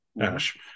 ash